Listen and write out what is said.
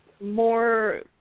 more